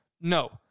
No